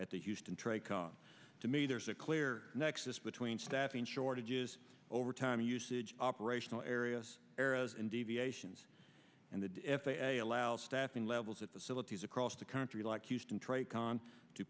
at the houston trade to me there's a clear nexus between staffing shortages overtime usage operational areas areas and deviations and the f a a allows staffing levels at the philippines across the country like houston tricon d